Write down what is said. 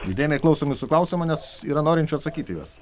įdėmiai klausom jūsų klausimo nes yra norinčių atsakyt į juos